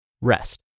rest